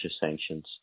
sanctions